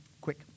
quick